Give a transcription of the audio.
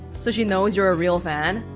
so she knows you're a real fan?